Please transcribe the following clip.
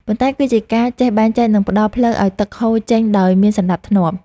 ប៉ុន្តែគឺជាការចេះបែងចែក និងផ្ដល់ផ្លូវឱ្យទឹកហូរចេញដោយមានសណ្ដាប់ធ្នាប់។